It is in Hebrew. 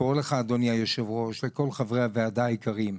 לך אדוני היושב ראש ולכל חברי הוועדה היקרים,